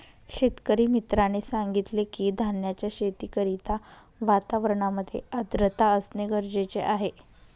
शेतकरी मित्राने सांगितलं की, धान्याच्या शेती करिता वातावरणामध्ये आर्द्रता असणे गरजेचे आहे